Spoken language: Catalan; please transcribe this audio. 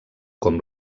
com